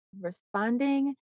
responding